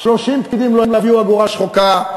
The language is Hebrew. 30 פקידים לא יביאו אגורה שחוקה.